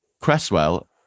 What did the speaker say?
Cresswell